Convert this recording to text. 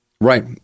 Right